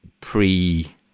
pre